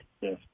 Yes